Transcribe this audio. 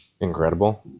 incredible